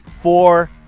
four